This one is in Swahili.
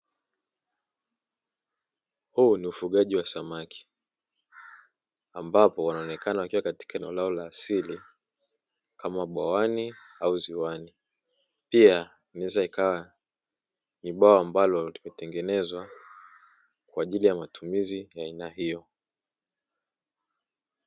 Wafugaji wa samaki ambapo wanaonekana pia katika eneo lao la asili kama bwawani au ziwani pia inaweza ikawa bwawa ambalo limetengenezwa kwa ajili ya matumizi ya aina hiyo.